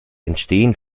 entstehen